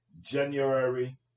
January